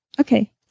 Okay